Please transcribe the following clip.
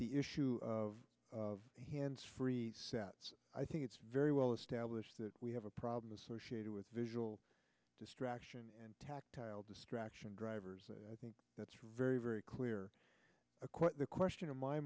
the issue of hands free sets i think it's very well established that we have a problem associated with visual distraction and tactile distraction drivers and i think that's very very clear a quote the question in my